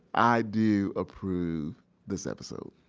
i do approve this episode.